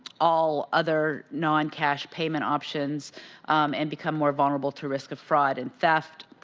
all other non-cash payment options and become more vulnerable to risk of fraud and theft.